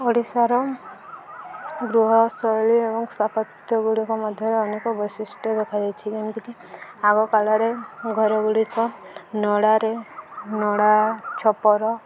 ଓଡ଼ିଶାର ଗୃହ ଶୈଳୀ ଏବଂ ସ୍ଥାପତ୍ୟଗୁଡ଼ିକ ମଧ୍ୟରେ ଅନେକ ବୈଶିଷ୍ଟ୍ୟ ଦେଖାଯାଇଛି ଯେମିତିକି ଆଗ କାଲରେ ଘରଗୁଡ଼ିକ ନଡ଼ାରେ ନଡ଼ା ଛପର